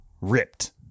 ripped